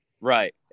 Right